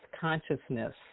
consciousness